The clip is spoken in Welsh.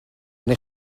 neu